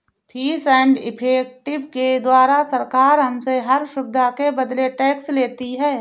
fees and effective के द्वारा सरकार हमसे हर सुविधा के बदले टैक्स लेती है